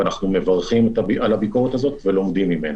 ואנחנו מברכים על הביקורת הזאת ולומדים ממנה.